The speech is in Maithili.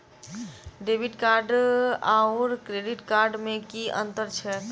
डेबिट कार्ड आओर क्रेडिट कार्ड मे की अन्तर छैक?